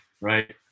Right